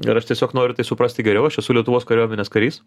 ir aš tiesiog noriu tai suprasti geriau aš esu lietuvos kariuomenės karys